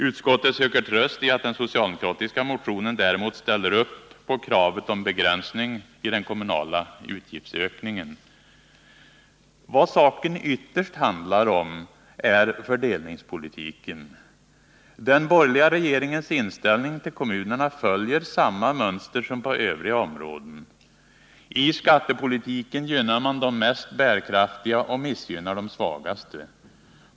Utskottet söker tröst i att den socialdemokratiska motionen däremot ställer upp på kravet på begränsningar av den kommunala utgiftsökningen. Vad saken ytterst handlar om är fördelningspolitiken. Den borgerliga regeringens inställning till kommunerna följer samma mönster som på övriga områden. I skattepolitiken gynnar man de mest bärkraftiga och missgynnar de svagaste.